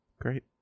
great